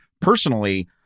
Personally